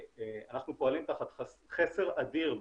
אנחנו פועלים תחת חסר אדיר במשאבים,